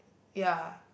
ya